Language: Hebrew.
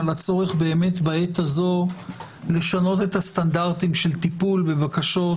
על הצורך בעת הזאת לשנות את הסטנדרטים של טיפול בבקשות,